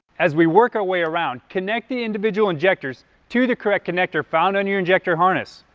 as we work our way around, connecting individual injectors to the correct connector found on your injector harness,